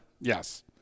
Yes